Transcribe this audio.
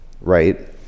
right